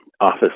office